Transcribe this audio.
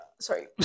sorry